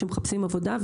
שמחפשים עבודה,